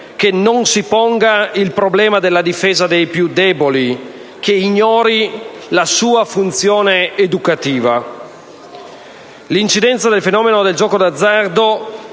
che non si ponga il problema della difesa dei più deboli, che ignori la sua funzione educativa. L'incidenza del fenomeno del gioco d'azzardo,